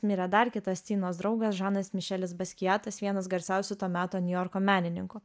mirė dar kitas tinos draugas žanas mišelis baskiatas vienas garsiausių to meto niujorko menininkų